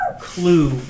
clue